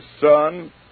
son